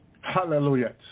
Hallelujah